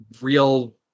real